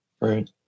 Right